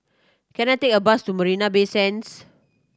can I take a bus to Marina Bay Sands